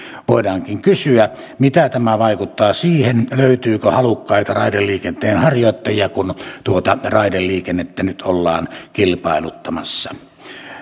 voidaankin kysyä mitä tämä vaikuttaa siihen löytyykö halukkaita raideliikenteenharjoittajia kun tuota raideliikennettä nyt ollaan kilpailuttamassa